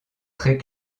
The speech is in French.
très